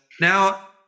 Now